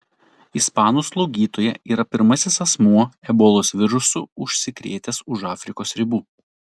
ispanų slaugytoja yra pirmasis asmuo ebolos virusu užsikrėtęs už afrikos ribų